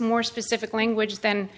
smores specific language then